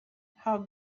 how